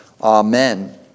Amen